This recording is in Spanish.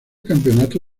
campeonato